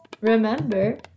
remember